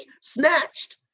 snatched